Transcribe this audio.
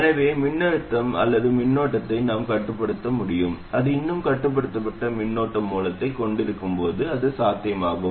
எனவே மின்னழுத்தம் அல்லது மின்னோட்டத்தை நாம் கட்டுப்படுத்த முடியும் அது இன்னும் கட்டுப்படுத்தப்பட்ட மின்னோட்ட மூலத்தைக் கொண்டிருக்கும் போது அது சாத்தியமாகும்